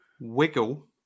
Wiggle